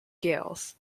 gaels